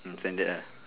um standard uh